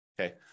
Okay